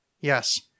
Yes